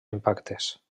impactes